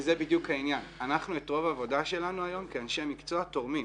וזה בדיוק העניין את רוב העבודה שלנו היום כאנשי מקצוע אנחנו תורמים.